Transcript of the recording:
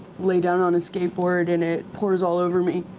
lay down on a skateboard and it pours all over me,